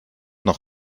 noch